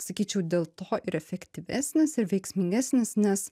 sakyčiau dėl to ir efektyvesnis ir veiksmingesnis nes